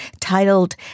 titled